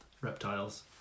reptiles